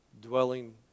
dwelling